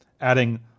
adding